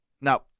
Now